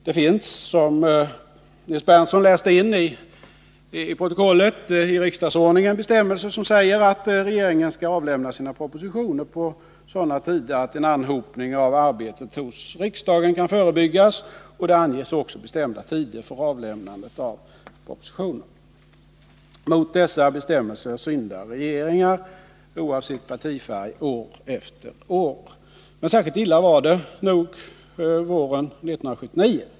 Det finns, som Nils Berndtson läste in i riksdagsprotokollet, bestämmelser i riksdagsordningen som säger att rege 17 ringen bör avlämna sina propositioner på sådana tider att en anhopning av arbetet hos riksdagen kan förebyggas, och det anges även bestämda tidsgränser för avlämnandet av propositioner. Mot dessa bestämmelser syndar regeringar, oavsett partifärg, år efter år. Särskilt illa var det under våren 1979.